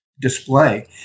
display